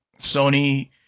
Sony